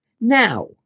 Now